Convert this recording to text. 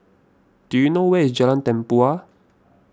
do you know where is Jalan Tempua